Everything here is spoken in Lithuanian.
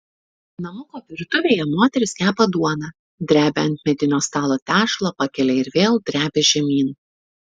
namuko virtuvėje moteris kepa duoną drebia ant medinio stalo tešlą pakelia ir vėl drebia žemyn